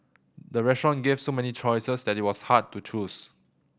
the restaurant gave so many choices that it was hard to choose